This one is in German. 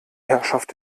herrschaft